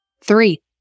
Three